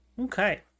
Okay